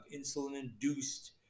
insulin-induced